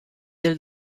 del